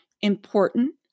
important